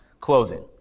clothing